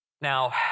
Now